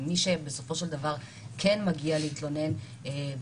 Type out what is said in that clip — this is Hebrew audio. ושמי שבסופו של דבר כן מגיע להתלונן ולנקוט